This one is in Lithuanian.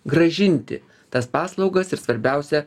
grąžinti tas paslaugas ir svarbiausia